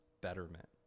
betterment